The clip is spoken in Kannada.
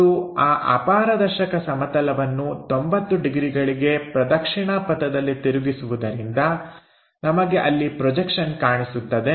ಮತ್ತು ಆ ಅಪಾರದರ್ಶಕ ಸಮತಲವನ್ನು 90 ಡಿಗ್ರಿಗಳಿಗೆ ಪ್ರದಕ್ಷಿಣಾ ಪಥದಲ್ಲಿ ತಿರುಗಿಸುವುದರಿಂದ ನಮಗೆ ಅಲ್ಲಿ ಪ್ರೊಜೆಕ್ಷನ್ ಕಾಣಿಸುತ್ತದೆ